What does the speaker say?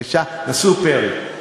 נשאו פֶרי.